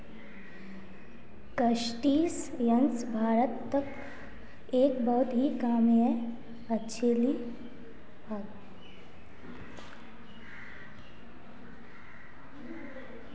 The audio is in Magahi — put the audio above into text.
क्रस्टेशियंस भारतत एक बहुत ही कामेर मच्छ्ली पालन कर छे